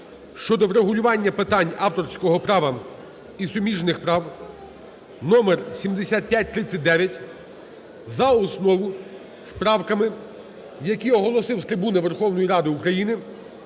щодо врегулювання питань авторського права і суміжних прав (№ 7539) за основу з правками, які оголосив з трибуни Верховної Ради України